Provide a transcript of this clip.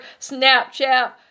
Snapchat